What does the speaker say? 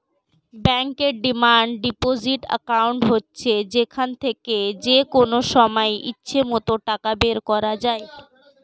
ব্যাংকের demand deposit account হচ্ছে যেখান থেকে যেকনো সময় ইচ্ছে মত টাকা বের করা যায়